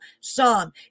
Psalm